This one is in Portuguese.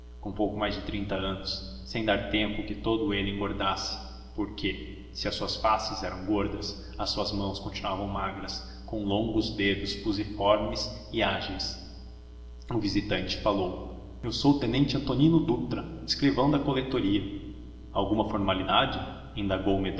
trinta anos sem dar tempo que todo ele engordasse porque se as duas faces eram gordas as suas mãos continuavam magras com longos dedos fusiformes e ágeis o visitante falou eu sou o tenente antonino dutra escrivão da coletoria alguma formalidade